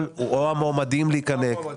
או המועמדים להיבדק.